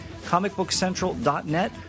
ComicBookCentral.net